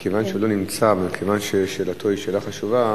מכיוון שהוא לא נמצא ומכיוון ששאלתו היא שאלה חשובה,